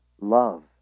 love